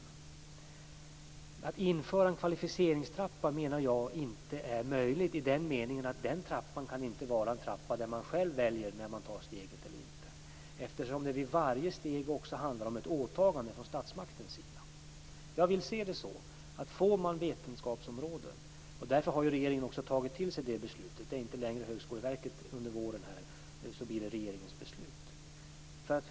Men att införa en kvalificeringstrappa menar jag inte är möjligt, i den meningen att den trappan kan inte vara en trappa där man själv väljer när man tar steget eller inte eftersom det vid varje steg också handlar om ett åtagande från statsmaktens sida. Jag vill se det så när det gäller att få vetenskapsområden. Därför har regeringen också tagit till sig det beslutet. Det är inte längre Högskoleverket, utan under våren blir det regeringens beslut.